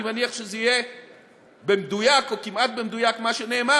אני מניח שזה יהיה במדויק או כמעט במדויק מה שנאמר.